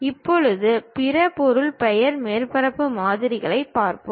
இப்போது பிற பொருள் பெயர் மேற்பரப்பு மாதிரியைப் பார்ப்போம்